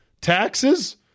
taxes